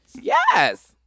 Yes